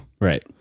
right